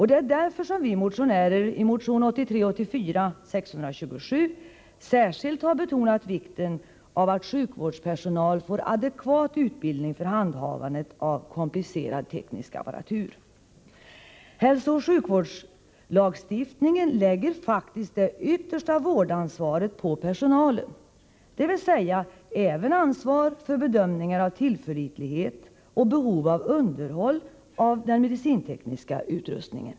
Det är därför som vi motionärer i motion 1983/84:627 särskilt betonat vikten av att sjukvårdspersonal får adekvat utbildning för handhavandet av komplicerad teknisk apparatur. Hälsooch sjukvårdslagstiftningen lägger faktiskt det yttersta vårdansvaret på personalen, dvs. även ansvar för bedömning av tillförlitlighet och behov av underhåll av den medicintekniska utrustningen.